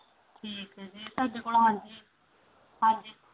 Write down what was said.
ਠੀਕ ਹੈ ਜੀ ਸਾਡੇ ਕੋਲ ਹਾਂਜੀ ਹਾਂਜੀ